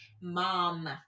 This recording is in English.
mom